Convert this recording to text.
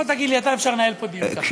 בוא תגיד לי אתה אם אפשר לנהל פה דיון ככה.